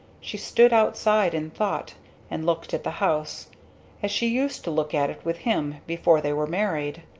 she stood outside in thought and looked at the house as she used to look at it with him, before they were married.